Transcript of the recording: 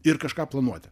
ir kažką planuoti